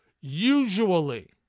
Usually